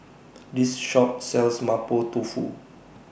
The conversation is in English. This Shop sells Mapo Tofu